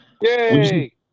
Yay